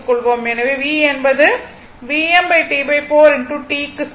எனவே v என்பதுக்கு சமம்